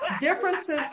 differences